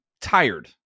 tired